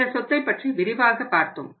இந்த சொத்தை பற்றி விரிவாக பார்த்தோம்